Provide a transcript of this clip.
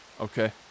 Okay